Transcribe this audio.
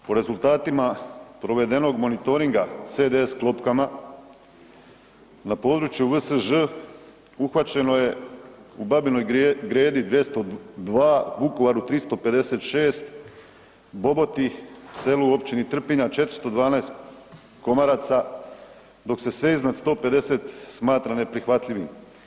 Po rezultatima provedenog monitoringa CDC-klopkama na području VSŽ uhvaćeno je u Babinoj Gredi 202, u Vukovaru 356, Boboti, selu u općini Trpinja 412 komaraca, dok se sve iznad 150 smatra neprihvatljivim.